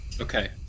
Okay